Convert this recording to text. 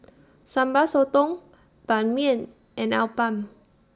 Sambal Sotong Ban Mian and Appam